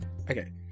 Okay